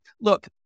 Look